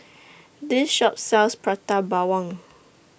This Shop sells Prata Bawang